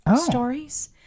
stories